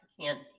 candy